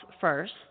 first